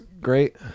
great